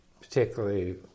particularly